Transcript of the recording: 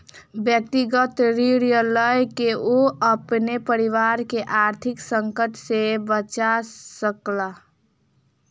व्यक्तिगत ऋण लय के ओ अपन परिवार के आर्थिक संकट से बचा सकला